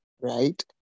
right